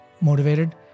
motivated